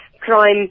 crime